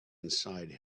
inside